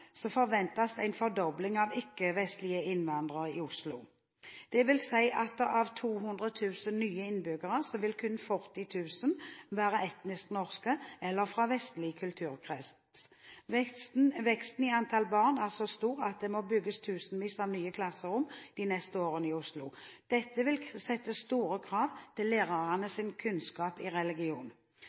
forventes en fordobling av ikke-vestlige innvandrere i Oslo. Det vil si at av 200 000 nye innbyggere, vil kun 40 000 være etnisk norske eller fra vestlig kulturkrets. Veksten i antall barn er så stor at det må bygges tusenvis av nye klasserom de neste årene i Oslo. Dette vil sette store krav til lærernes kunnskap i religion.